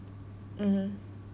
mmhmm